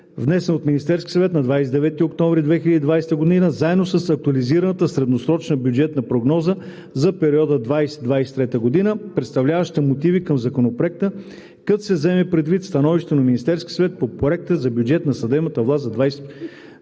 внесен от Министерския съвет на 29 октомври 2020 г., заедно с Актуализираната средносрочна бюджетна прогноза за периода 2020 – 2023 г., представляваща мотиви към Законопроекта, като се вземе предвид Становището на Министерския съвет по проекта на бюджет на съдебната власт за 2021 г.“